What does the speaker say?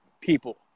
people